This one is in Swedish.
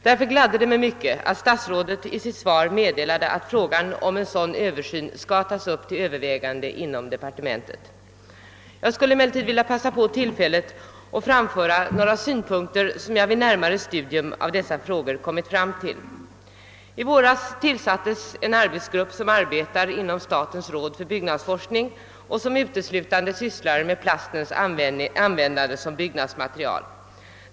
Därför gläder det mig mycket att statsrådet i sitt svar meddelat att frågan om en sådan Översyn skall tas upp till övervägande inom departementet. Jag skulle emellertid vilja passa på tillfället att framföra några synpunkter som jag vid närmare studium av dessa frågor kommit fram till. I våras tillsattes en arbetsgrupp som arbetar inom statens råd för byggnadsforskning och som uteslutande sysslar med plastens användning som byggnadsmaterial.